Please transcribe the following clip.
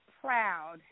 proud